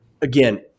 again